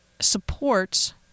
supports